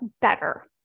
better